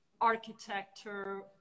architecture